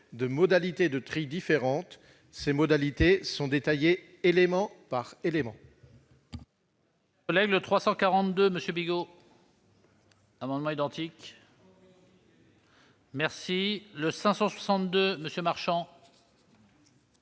de modalités de tri différentes, ces modalités sont détaillées élément par élément.